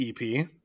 EP